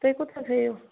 تُہۍ کوٗت حظ ہیٚیِو